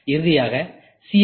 இறுதியாக சி